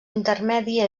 intermedi